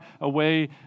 away